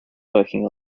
working